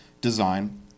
design